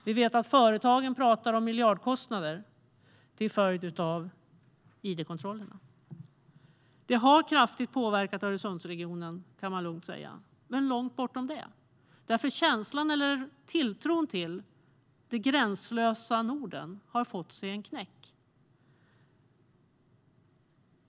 Vi vet att företagen talar om miljardkostnader till följd av id-kontrollerna. Man kan lugnt säga att detta kraftigt har påverkat Öresundsregionen, men påverkan finns även långt bortom den. Känslan av och tilltron till det gränslösa Norden har fått sig en knäck.